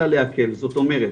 אלא להקל זאת אומרת,